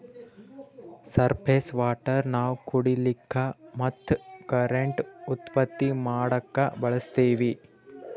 surface water ನಾವ್ ಕುಡಿಲಿಕ್ಕ ಮತ್ತ್ ಕರೆಂಟ್ ಉತ್ಪತ್ತಿ ಮಾಡಕ್ಕಾ ಬಳಸ್ತೀವಿ